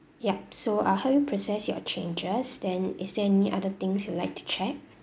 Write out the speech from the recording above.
yup so I'll help you process your changes then is there any other things you'd like to check